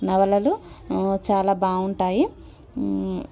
నవలలు చాలా బాగుంటాయి